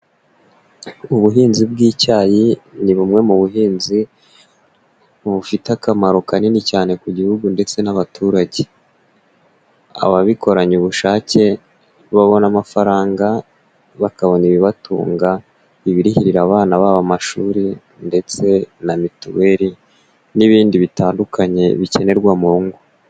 Ubuhinzi bw'icyayi ni bumwe mu buhinzi bufite akamaro kanini cyane ku gihugu ndetse n'abaturage, ababikoranye ubushake babona amafaranga bakabona ibibatunga, ibirihirira abana babo amashuri ndetse na mituweri n'ibindi bitandukanye bikenerwa mu ngo.